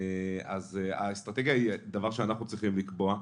אז האסטרטגיה היא דבר שאנחנו צריכים לקבוע,